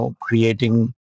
creating